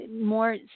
more